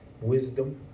wisdom